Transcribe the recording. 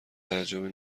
تعجبی